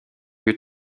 lieu